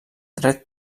dret